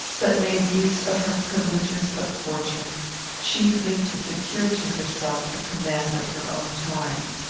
but made use of her privileges of fortune chiefly to secure to herself the command of her own time.